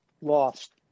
lost